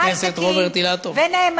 חבר הכנסת רוברט אילטוב.